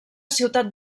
ciutat